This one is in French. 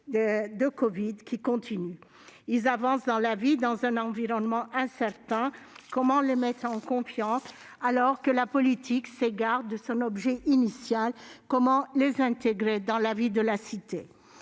sanitaire qui perdure. Ils avancent dans la vie dans un environnement incertain. Comment les mettre en confiance, alors que la politique s'écarte de son objet initial ? Comment les intégrer dans la vie de la cité ?